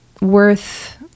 worth